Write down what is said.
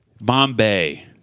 Bombay